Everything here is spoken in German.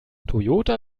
toyota